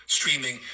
streaming